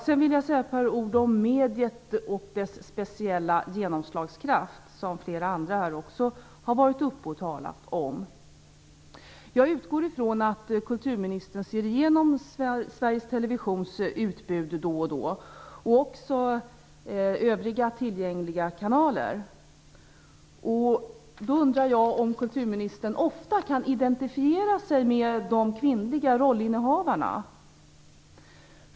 Sedan vill jag säga ett par ord om mediet och dess speciella genomslagskraft, som flera andra här också har talat om. Jag utgår från att kulturministern ser igenom Sveriges Televisions utbud då och då, och även övriga tillgängliga kanaler. Jag undrar då om kulturministern ofta kan identifiera sig med de kvinnliga rollfigurerna.